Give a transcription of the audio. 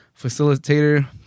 facilitator